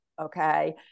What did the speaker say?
okay